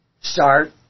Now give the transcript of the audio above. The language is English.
start